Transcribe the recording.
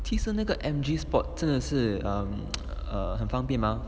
其实那个 M_G sport 真的是 um err 很方便 mah